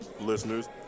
listeners